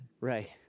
Right